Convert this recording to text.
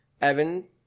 Evan